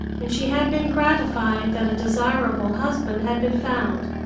and she had been gratified that a desirable husband had been found.